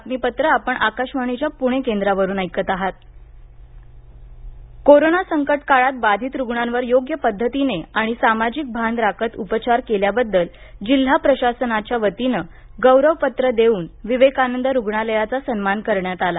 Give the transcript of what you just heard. गौरव corona संकटकाळात बाधित रुग्णांवर योग्य पदधतीने आणि सामाजिक भान राखत उपचार केल्याबददल जिल्हा प्रशासनाच्या वतीनं गौरवपत्र देऊन विवेकानंद रुग्णालयाचा सन्मान करण्यात आला